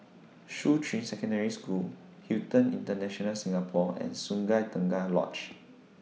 Shuqun Secondary School Hilton International Singapore and Sungei Tengah Lodge